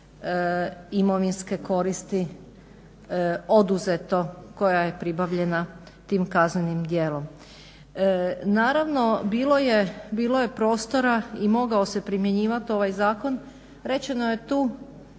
imovinske koristi oduzeto koja je pribavljena tim kaznenim djelom. Naravno, bilo je prostora i mogao se primjenjivat ovaj zakon. Rečeno je tu